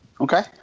Okay